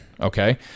okay